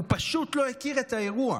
הוא פשוט לא הכיר את האירוע,